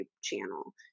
channel